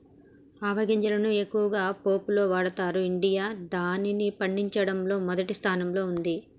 ఆవ గింజలను ఎక్కువగా పోపులో వాడతరు ఇండియా గిదాన్ని పండించడంలో మొదటి స్థానంలో ఉంది